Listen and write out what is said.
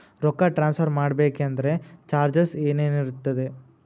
ರೊಕ್ಕ ಟ್ರಾನ್ಸ್ಫರ್ ಮಾಡಬೇಕೆಂದರೆ ಚಾರ್ಜಸ್ ಏನೇನಿರುತ್ತದೆ?